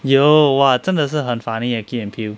有 !wah! 真的是很 funny leh key and peele